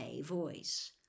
voice